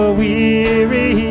weary